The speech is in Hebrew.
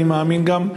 אני מאמין גם,